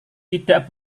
tidak